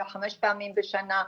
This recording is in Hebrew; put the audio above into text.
חמש פעמים בשנה,